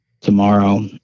tomorrow